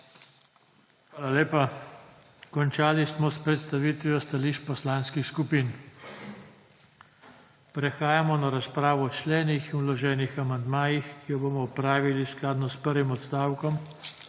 Hvala lepa. Končali smo s predstavitvijo stališč poslanskih skupin. Prehajamo na razpravo o členih in vloženih amandmajih, ki jo bomo opravili skladno s prvim odstavkom